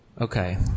Okay